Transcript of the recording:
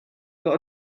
got